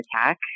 attack